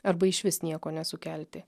arba išvis nieko nesukelti